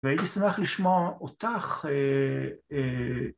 ‫והייתי שמח לשמוע אותך.